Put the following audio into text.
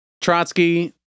Trotsky